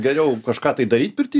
geriau kažką tai daryt pirty